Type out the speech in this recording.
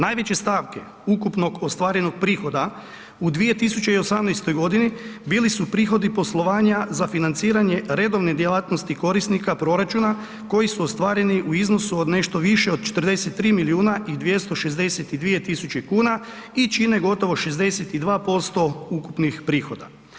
Najveće stavke ukupnog ostvarenog prihoda u 2018. godini bili su prihodi poslovanja za financiranje redovne djelatnosti korisnika proračuna koji su ostvareni u iznosu od nešto više od 43.262.000 kuna i čine gotovo 62% ukupnih prihoda.